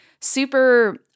super